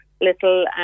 little